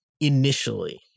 initially